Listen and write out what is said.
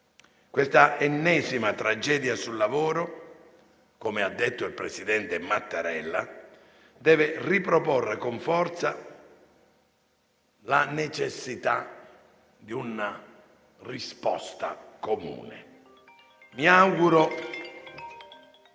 Questa ennesima tragedia sul lavoro, come ha detto il presidente Mattarella, deve riproporre con forza la necessità di una risposta comune.